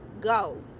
go